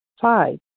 Five